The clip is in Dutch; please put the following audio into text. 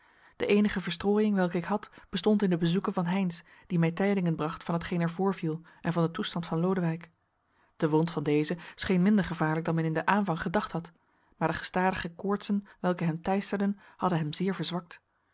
de eenige verstrooiing welke ik had bestond in de bezoeken van heynsz die mij tijdingen bracht van hetgeen er voorviel en van den toestand van lodewijk de wond van dezen scheen minder gevaarlijk dan men in den aanvang gedacht had maar de gestadige koortsen welke hem teisterden hadden hem zeer verzwakt